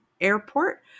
airport